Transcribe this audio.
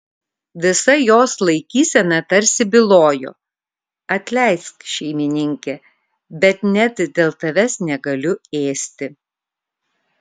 visa jos laikysena tarsi bylojo atleisk šeimininke bet net dėl tavęs negaliu ėsti